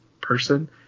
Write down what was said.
person